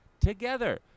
Together